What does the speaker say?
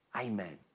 Amen